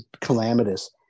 calamitous